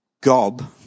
gob